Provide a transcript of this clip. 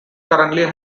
currently